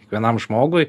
kiekvienam žmogui